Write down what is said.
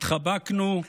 התחבקנו,